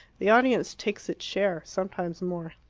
the audience takes its share sometimes more.